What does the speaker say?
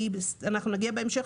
כי נגיע בהמשך,